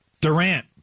Durant